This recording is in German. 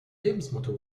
lebensmotto